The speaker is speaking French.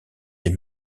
des